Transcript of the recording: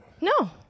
No